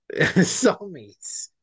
soulmates